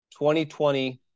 2020